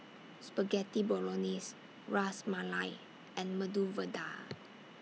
Spaghetti Bolognese Ras Malai and Medu Vada